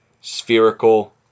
spherical